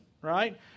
Right